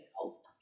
help